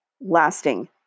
lasting